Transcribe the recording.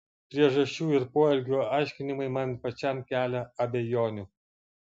priežasčių ir poelgių aiškinimai man pačiam kelia abejonių